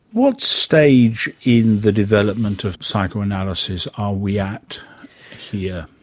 what stage in the development of psychoanalysis are we at here?